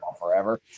forever